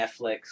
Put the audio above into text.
Netflix